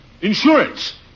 Insurance